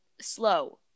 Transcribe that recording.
Slow